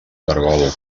caragol